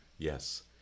Yes